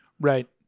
Right